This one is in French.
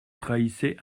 trahissait